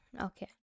okay